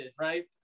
right